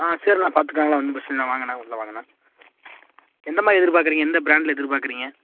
ஆ சரிண்ணா பார்த்துக்கலாங்ணா ஒன்றும் பிரச்சனை இல்லை வாங்கண்ணா உள்ளே வாங்கண்ணா எந்த மாதிரி எதிர்பார்க்கறீங்க எந்த பிராண்டில் எதிர்பார்க்கறீங்க